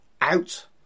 out